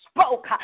spoke